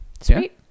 Sweet